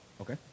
Okay